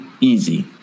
easy